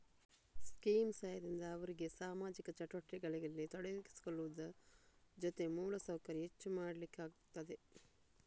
scheme ಸಹಾಯದಿಂದ ಅವ್ರಿಗೆ ಸಾಮಾಜಿಕ ಚಟುವಟಿಕೆಗಳಲ್ಲಿ ತೊಡಗಿಸಿಕೊಳ್ಳುವುದ್ರ ಜೊತೆ ಮೂಲ ಸೌಕರ್ಯ ಹೆಚ್ಚು ಮಾಡ್ಲಿಕ್ಕಾಗ್ತದೆ